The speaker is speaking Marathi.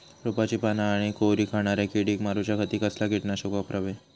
रोपाची पाना आनी कोवरी खाणाऱ्या किडीक मारूच्या खाती कसला किटकनाशक वापरावे?